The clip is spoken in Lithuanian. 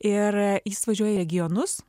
ir jis važiuoja į regionus